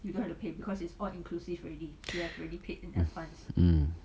mm